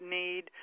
need